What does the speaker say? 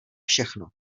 všechno